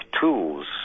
tools